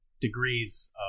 degrees